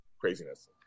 craziness